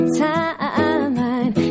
timeline